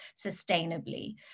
sustainably